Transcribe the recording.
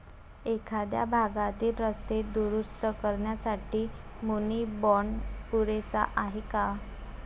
एखाद्या भागातील रस्ते दुरुस्त करण्यासाठी मुनी बाँड पुरेसा आहे का?